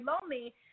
lonely